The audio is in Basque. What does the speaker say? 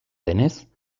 denez